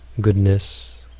goodness